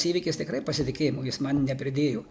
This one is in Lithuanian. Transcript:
įvykis tikrai pasitikėjimo jis man nepridėjo